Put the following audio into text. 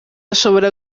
ashobora